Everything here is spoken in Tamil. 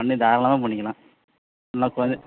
பண்ணி தாராளமாக பண்ணிக்கலாம் உனக்கு வந்து